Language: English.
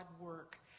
work